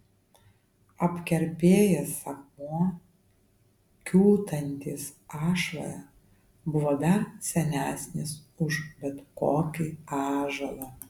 apkerpėjęs akmuo kiūtantis ašvoje buvo dar senesnis už bet kokį ąžuolą